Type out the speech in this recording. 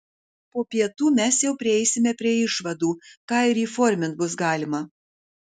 po pietų mes jau prieisime prie išvadų ką ir įformint bus galima